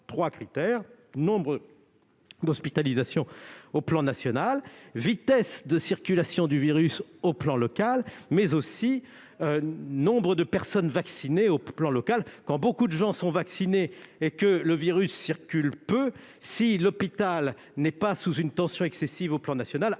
trois critères : le nombre d'hospitalisations au plan national, la vitesse de circulation du virus au plan local, mais aussi le nombre de personnes vaccinées au plan local. Quand beaucoup de gens sont vaccinés et que le virus circule peu, si l'hôpital n'est pas sous une tension excessive au plan national,